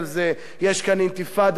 יש כאן אינתיפאדה שלכם,